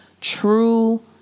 true